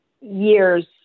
years